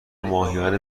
ماهیانه